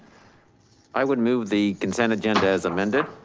i would move the consent agenda as amended.